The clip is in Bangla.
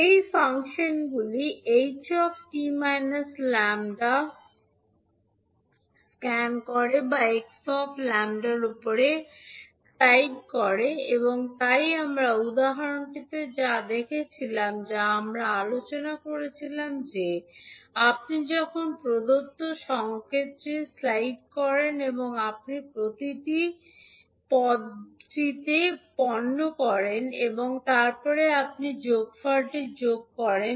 এখন ফাংশনগুলি h 𝑡 𝜆 স্ক্যান করে বা 𝑥 𝜆 এর উপরে স্লাইড করে তাই আমরা উদাহরণটিতে যা দেখেছিলাম যা আমরা আলোচনা করছিলাম যে আপনি যখন প্রদত্ত সংকেতটি স্লাইড করেন এবং আপনি প্রতিটি পদটির পণ্য গ্রহণ করেন এবং তারপরে আপনি যোগফলটি যোগ করেন